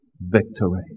victory